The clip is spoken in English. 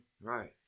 Right